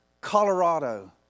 Colorado